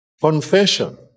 confession